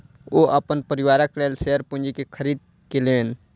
ओ अपन परिवारक लेल शेयर पूंजी के खरीद केलैन